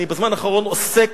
אני בזמן האחרון עוסק